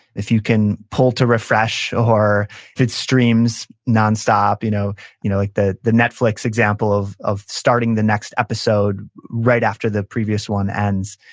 if you can pull to refresh, or if it steams nonstop, you know you know like the the netflix example of of starting the next episode right after the previous one ends,